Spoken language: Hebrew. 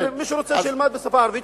מי שרוצה שילמד בשפה הערבית,